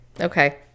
okay